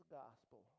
gospel